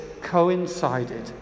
coincided